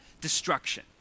destruction